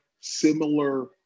similar